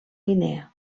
guinea